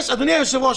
אדוני היושב-ראש,